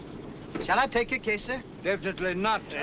shall i take your case, sir? definitely not.